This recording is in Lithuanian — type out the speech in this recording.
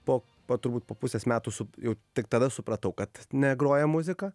po po turbūt po pusės metų su jau tik tada supratau kad negroja muzika